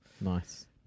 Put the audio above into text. Nice